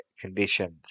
conditions